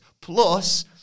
Plus